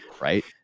right